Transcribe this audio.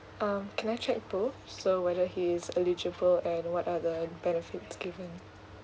um can I check both so whether he's eligible and what are the benefits given